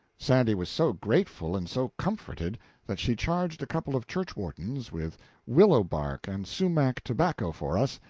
sandy was so grateful and so comforted that she charged a couple of church-wardens with willow-bark and sumach-tobacco for us,